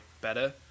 better